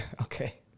Okay